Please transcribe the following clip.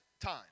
time